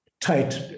tight